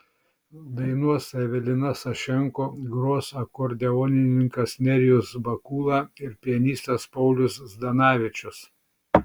dainuos evelina sašenko gros akordeonininkas nerijus bakula ir pianistas paulius zdanavičius